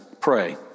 pray